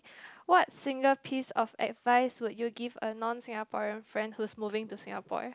what single piece of advice would you give a non Singaporean friend who's moving to Singapore